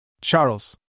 Charles